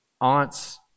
aunt's